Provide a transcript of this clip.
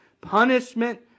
Punishment